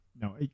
no